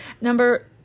Number